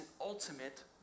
ultimate